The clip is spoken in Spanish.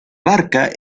barca